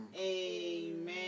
Amen